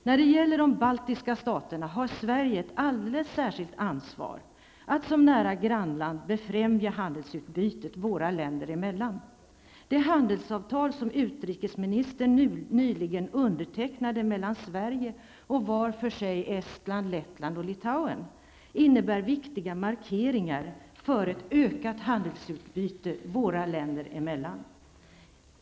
När det gäller de baltiska staterna har Sverige ett alldeles särskilt ansvar att som nära grannland befrämja handelsutbytet våra länder emellan. De handelsavtal som utrikesministern nyligen undertecknade mellan Sverige och var för sig Estland, Lettland och Litauen innebär viktiga markeringar för ett ökat handelsutbyte våra länder emellan.